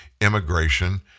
immigration